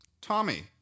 Tommy